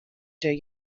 der